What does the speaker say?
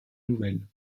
nouvelles